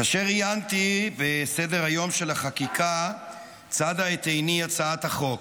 כאשר עיינתי בסדר-היום של החקיקה צדה את עיני הצעת החוק.